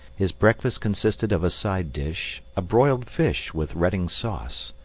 his breakfast consisted of a side-dish, a broiled fish with reading sauce,